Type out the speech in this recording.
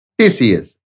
TCS